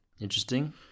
Interesting